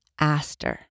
Aster